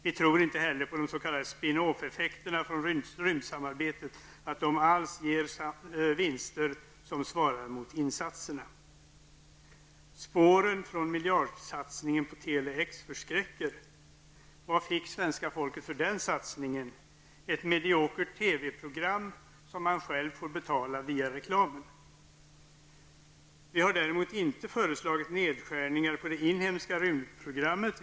Vi tror inte heller på att de s.k. Spin-off-effekterna från rymdsamarbetet alls ger vinster som svarar mot insatserna. Spåren från miljardsatsningen på Tele-X förskräcker. Vad fick svenska folket för den satsningen? Ett mediokert TV-program som man själv får betala via reklam. Vi har däremot inte föreslagit nedskärningar på det inhemska rymdprogrammet.